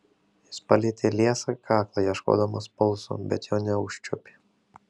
jis palietė liesą kaklą ieškodamas pulso bet jo neužčiuopė